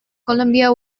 columbia